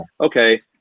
okay